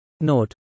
Note